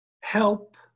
help